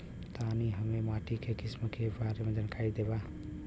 तनि हमें माटी के किसीम के जानकारी देबा?